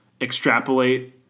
extrapolate